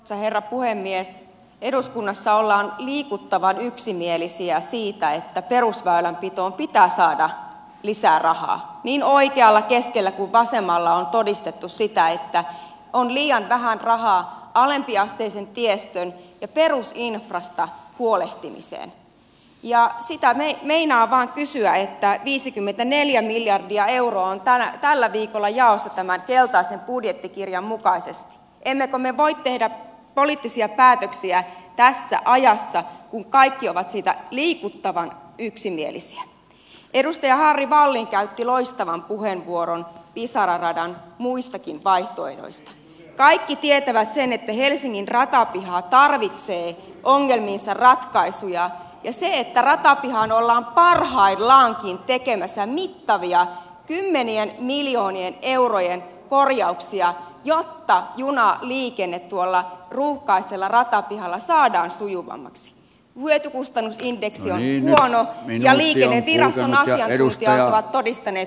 isä herra puhemies eduskunnassa ollaan liikuttavan yksimielisiä siitä että perusväylänpitoon pitää saada lisää rahaa viinaoikealla keskellä vasemmalla on todistettu siitä että on liian vähän rahaa alempiasteisen tiestön ja perusinfrasta huolehtimiseen ja sitähän ei liinahaan kysyä että viisikymmentäneljä miljardia euroa on täällä tällä viikolla ja osa tämän keltaisen budjettikirjan mukaisesti telekom ei voi tehdä poliittisia päätöksiä tässä ajassa kun kaikki ovat sitä liikuttavan yksimielisiä edusti harry wallin käytti loistavan puheenvuoron pisara radan muistakin vaihtoehdoista kaikkitietävä sen että helsingin ratapiha tarvitsee ongelmiinsa ratkaisuja ja sietäratapihaan ollaan parhaillaankin tekemässä mittavia siemeniä miljoonien eurojen korjauksia jotta junaliikenne tuolla ruuhkaisella ratapihalla saadaan sujuvammaksi hoitokustannus indeksi oli ihana ja liljojen asianajajia edusti ajavat todistaneet